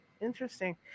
Interesting